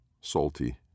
Salty